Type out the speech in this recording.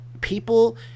people